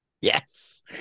Yes